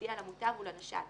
להודיע למוטב הוא לנש"פ.